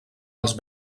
els